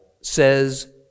says